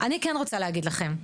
אני כן רוצה להגיד לכם.